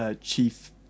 chief